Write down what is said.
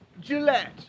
Gillette